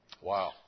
Wow